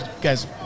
guys